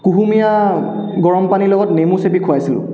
কুহুমীয়া গৰম পানীৰ লগত নেমু চেপি খুৱাইছিলোঁ